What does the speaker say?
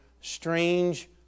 strange